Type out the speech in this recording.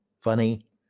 funny